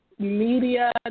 media